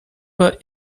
pas